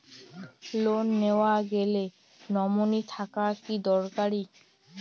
Loan নেওয়ার গেলে nominee থাকা কি দরকারী?